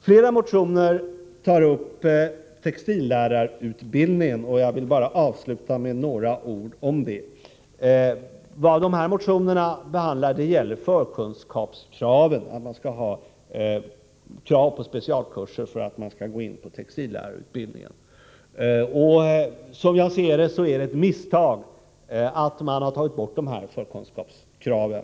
Flera motioner tar upp textillärarutbildningen, och jag vill avsluta med några ord om den frågan. De här motionerna behandlar förkunskapskraven — att det skall vara krav på specialkurser för att man skall kunna komma in på textillärarutbildningen. Enligt min mening är det ett misstag att man har tagit bort de här förkunskapskraven.